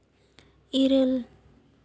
ᱤᱨᱟᱹᱞ